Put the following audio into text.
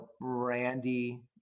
Randy